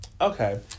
Okay